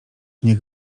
niech